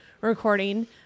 recording